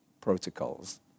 protocols